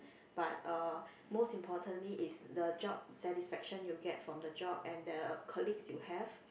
but uh most importantly is the job satisfaction you get from the job and the colleagues you have